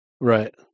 Right